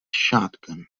shotgun